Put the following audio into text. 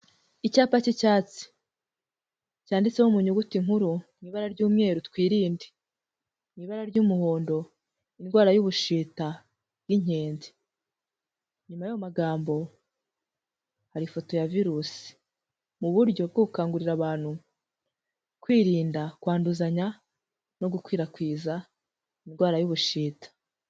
Icyapa cy'icyatsi cyanditseho mu nyuguti nkuru mu ibara ry'umweru, twirinde. Mu ibara ry'umuhondo, indwara y'ubushita bw'inkende. Nyuma y'ayo magambo, hari ifoto ya virusi, mu buryo bwo gukangurira abantu kwirinda kwanduzanya, no gukwirakwiza indwara y'ubushita.